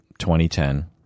2010